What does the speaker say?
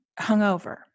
hungover